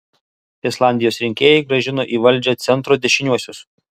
islandijos rinkėjai grąžino į valdžią centro dešiniuosius